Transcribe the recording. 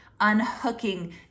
unhooking